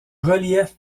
relief